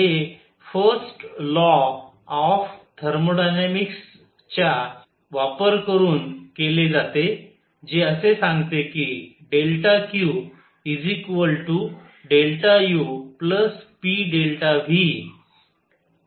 हे first law of थर्मोडायनामिक्सच्या चा वापर करून केले जाते जे असे सांगते की QUpV